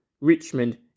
Richmond